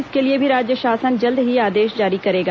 इसके लिए भी राज्य शासन जल्द ही आदेश जारी करेगा